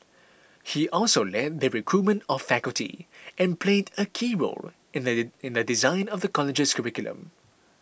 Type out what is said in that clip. he also led the recruitment of faculty and played a key role in the in the design of the college's curriculum